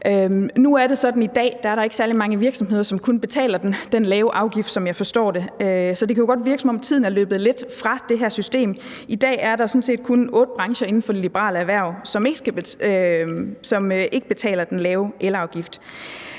i dag, at der ikke er særlig mange virksomheder, som kun betaler den lave afgift, som jeg forstår det, så det kunne jo godt virke, som om tiden er løbet lidt fra det her system. I dag er der sådan set kun otte brancher inden for de liberale erhverv, som ikke betaler den lave elafgift,